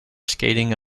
skating